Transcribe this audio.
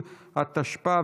20), התשפ"ב